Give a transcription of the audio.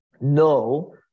No